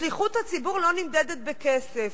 שליחות הציבור לא נמדדת בכסף.